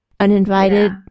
Uninvited